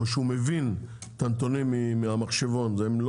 או שהוא מבין את הנתונים מהמחשבון והם לא